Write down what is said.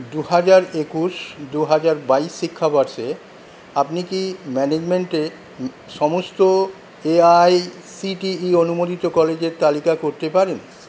দু হাজার একুশ দু হাজার বাইশ শিক্ষাবর্ষে আপনি কি ম্যানেজমেন্টে সমস্ত এআইসিটিই অনুমোদিত কলেজের তালিকা করতে পারেন